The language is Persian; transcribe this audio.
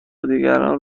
دیگران